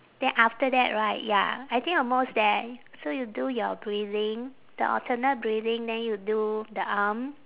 then after that right ya I think almost there so you do your breathing the alternate breathing then you do the arm